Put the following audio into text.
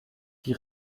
die